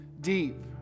deep